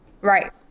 Right